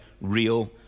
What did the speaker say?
real